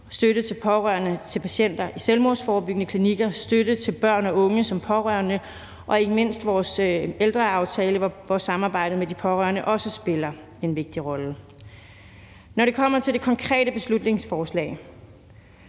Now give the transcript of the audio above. støtte til pårørende til patienter i selvmordsforebyggende klinikker, støtte til børn og unge som pårørende og ikke mindst vores ældreaftale, hvor samarbejdet med de pårørende også spiller en vigtig rolle. Når det kommer til det konkrete beslutningsforslag,